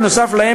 בנוסף להם,